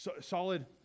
solid